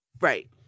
Right